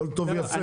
הכול טוב ויפה,